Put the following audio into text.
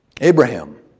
Abraham